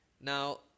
Now